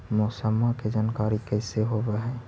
मौसमा के जानकारी कैसे होब है?